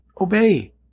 Obey